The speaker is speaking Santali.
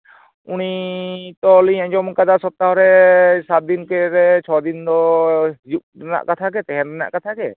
ᱩᱱᱤ ᱛᱚ ᱞᱤᱧ ᱟᱸᱡᱚᱢᱟᱠᱟᱫᱟ ᱥᱚᱯᱛᱟᱦᱚ ᱨᱮ ᱥᱟᱛ ᱫᱤᱱ ᱨᱮ ᱪᱷᱚ ᱫᱤᱱ ᱫᱚᱭ ᱦᱤᱡᱩᱜ ᱨᱮᱱᱟᱜ ᱠᱟᱛᱷᱟ ᱜᱮ ᱛᱟᱦᱮᱸ ᱨᱮᱱᱟᱜ ᱠᱟᱛᱷᱟ ᱜᱮ